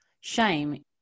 shame